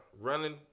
running